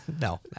No